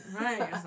Right